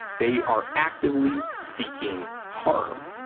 they are actively seeking harm.